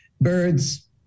birds